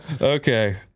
okay